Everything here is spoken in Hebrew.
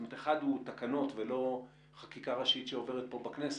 אחד הוא תקנות ולא חקיקה ראשית שעוברת פה בכנסת,